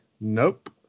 Nope